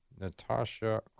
Natasha